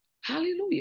Hallelujah